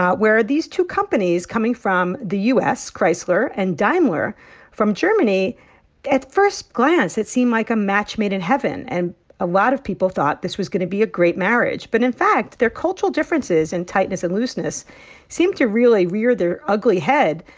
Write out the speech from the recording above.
where these two companies coming from the u s, chrysler, and daimler from germany at first glance, it seemed like a match made in heaven. and a lot of people thought this was going to be a great marriage. but in fact, their cultural differences in and tightness and looseness seemed to really rear their ugly head,